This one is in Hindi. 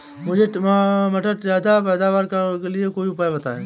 मुझे मटर के ज्यादा पैदावार के लिए कोई उपाय बताए?